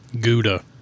gouda